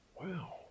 wow